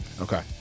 Okay